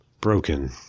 broken